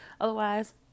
Otherwise